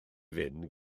fynd